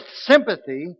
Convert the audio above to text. sympathy